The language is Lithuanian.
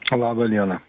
laba diena